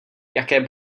jaké